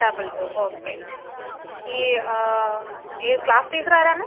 double two okay ഈ ഈ class teacher ആരാണ്